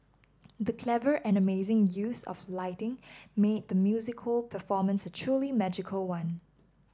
the clever and amazing use of lighting made the musical performance a truly magical one